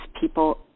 people